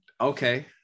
Okay